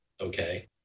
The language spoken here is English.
Okay